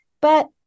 but-